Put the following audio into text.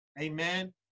Amen